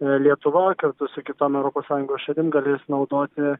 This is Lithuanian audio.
lietuva kartu su kitom europos sąjungos šalim galės naudoti